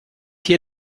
hier